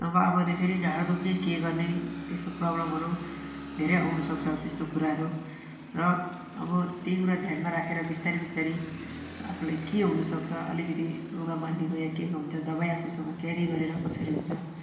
नभए अब त्यसरी ढाड दुख्ने के गर्ने त्यस्तो प्रोब्लमहरू धेरै आउनु सक्छ त्यस्तो कुराहरू र अब त्यही कुरा ध्यानमा राखेर बिस्तारी बिस्तारी आफूलाई के हुनु सक्छ अलिकति रुघामार्गीको या केको हुन्छ दबाइ आफूसँग क्यारी गरेर कसरी हुन्छ